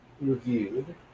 reviewed